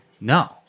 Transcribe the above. no